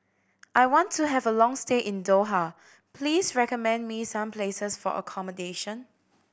I want to have a long stay in Doha please recommend me some places for accommodation